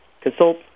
consult